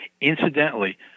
Incidentally